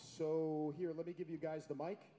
so here let me give you guys the bike